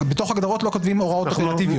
בתוך הגדרות לא כותבים הוראות אופרטיביות.